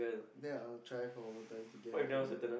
that I'll try for what time to get a boy